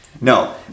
No